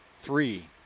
Three